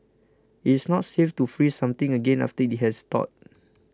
it is not safe to freeze something again after it has thawed